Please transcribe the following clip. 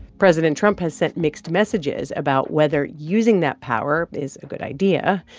president trump has sent mixed messages about whether using that power is a good idea.